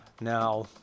Now